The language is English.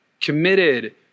committed